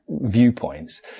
viewpoints